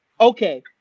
Okay